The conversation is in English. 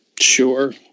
Sure